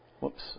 Whoops